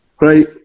Right